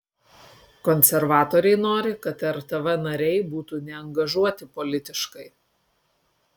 konservatoriai nori kad rtv nariai būtų neangažuoti politiškai